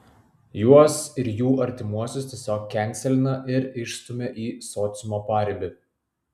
juos ir jų artimuosius tiesiog kenselina ir išstumia į sociumo paribį